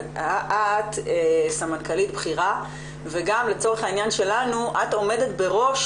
את סמנכ"לית בכירה וגם לצורך העניין שלנו את עומדת בראש